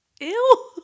Ew